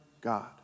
God